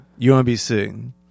UMBC